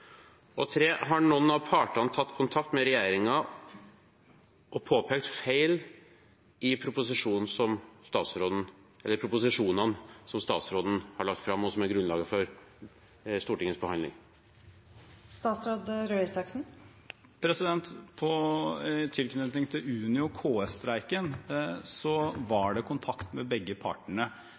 Har noen av partene tatt kontakt med regjeringen og påpekt feil i proposisjonene som statsråden har lagt fram, og som er grunnlaget for Stortingets behandling? I tilknytning til Unio/KS-streiken var det kontakt med begge partene